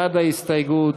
בעד ההסתייגות,